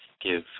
give